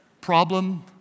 Problem